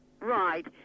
Right